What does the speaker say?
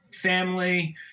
family